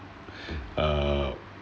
err